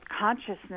consciousness